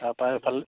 তাপা ইফাললৈ